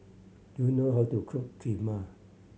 do you know how to cook Kheema